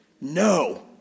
No